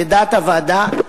לדעת הוועדה,